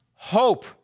Hope